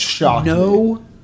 no